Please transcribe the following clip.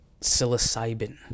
psilocybin